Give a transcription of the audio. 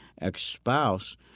ex-spouse